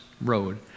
road